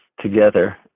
together